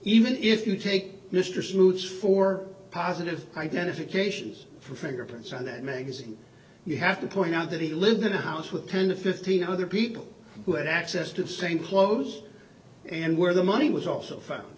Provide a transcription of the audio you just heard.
even if you take mr smooths for positive identifications for fingerprints on that magazine you have to point out that he lived in a house with ten to fifteen other people who had access to the same clothes and where the money was also found